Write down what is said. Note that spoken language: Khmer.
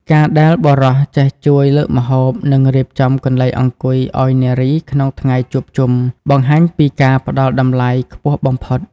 ការដែលបុរសចេះជួយលើកម្ហូប និងរៀបចំកន្លែងអង្គុយឱ្យនារីក្នុងថ្ងៃជួបជុំ បង្ហាញពីការផ្ដល់តម្លៃខ្ពស់បំផុត។